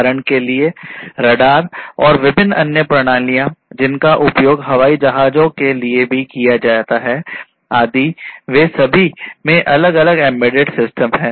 उदाहरण के लिए रडार और विभिन्न अन्य प्रणालियाँ जिनका उपयोग हवाई जहाजों के लिए भी किया जाता है आदिवे सभी में अलग अलग एम्बेडेड सिस्टम हैं